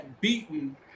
beaten